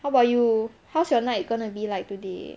how about you how's your night gonna be like today